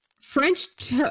French